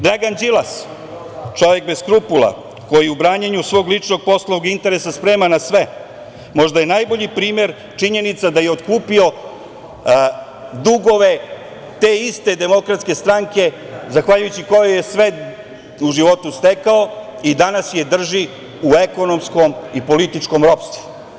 Dragan Đilas, čovek bez skrupula, koji je u branjenju svog ličnog poslovnog interesa spreman na sve, možda je najbolji primer činjenica da je otkupio dugove te iste DS, zahvaljujući kojoj je sve u životu stekao i danas je drži u ekonomskom i političkom ropstvu.